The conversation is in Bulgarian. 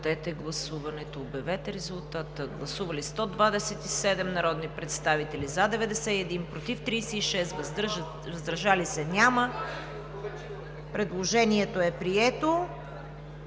Предложението е прието.